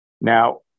Now